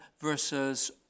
versus